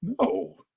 No